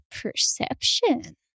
perception